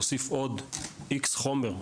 להוסיף עוד איקס חומר,